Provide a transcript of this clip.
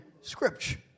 scripture